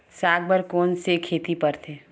साग बर कोन से खेती परथे?